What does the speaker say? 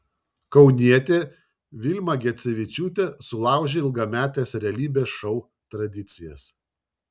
kaunietė vilma gecevičiūtė sulaužė ilgametes realybės šou tradicijas